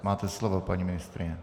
Máte slovo, paní ministryně.